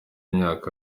imyaka